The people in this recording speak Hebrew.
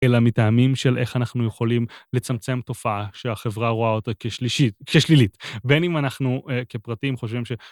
אלא מטעמים של איך אנחנו יכולים לצמצם תופעה שהחברה רואה אותה כשלילית. בין אם אנחנו כפרטים חושבים ש...